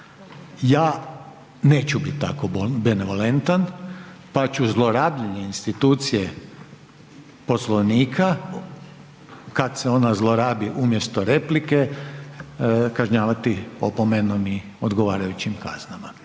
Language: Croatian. Ja neću biti tako benevolentan pa ću zlorabljenje institucije Poslovnika, kad se ona zlorabi umjesto replike kažnjavati opomenom i odgovarajućim kaznama,